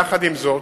יחד עם זאת,